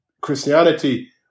Christianity